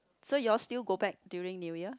so you all still go back during New Year